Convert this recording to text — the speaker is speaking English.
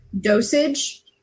dosage